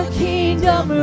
kingdom